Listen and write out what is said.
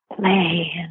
play